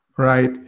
Right